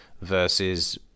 versus